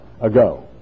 ago